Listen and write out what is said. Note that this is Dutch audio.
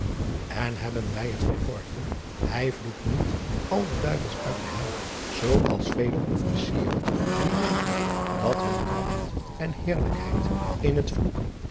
en hebben wij het verkorven hij vloekt niet al de duivels uit de hel zoo als vele officieren die denken dat hun kracht en heerlijkheid in het vloeken